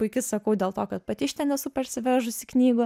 puiki sakau dėl to kad pati šten esu parsivežusi knygų